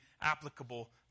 applicable